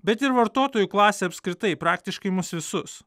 bet ir vartotojų klasę apskritai praktiškai mus visus